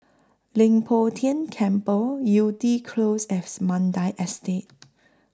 Leng Poh Tian Temple Yew Tee Close and Mandai Estate